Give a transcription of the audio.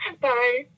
Bye